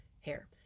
hair